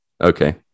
Okay